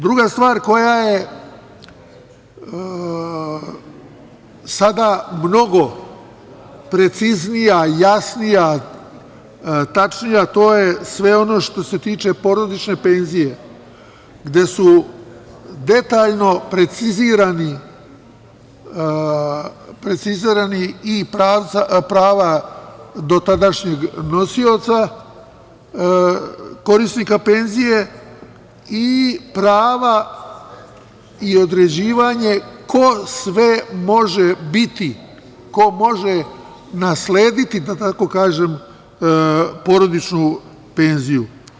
Druga stvar koja je sada mnogo preciznija, jasnija, tačnija, a to je sve ono što se tiče porodične penzije, gde su detaljno precizirana i prava dotadašnjeg nosioca korisnika penzije i prava i određivanje ko sve može biti, ko može naslediti, da tako kažem, porodičnu penziju.